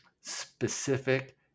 specific